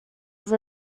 have